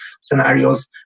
scenarios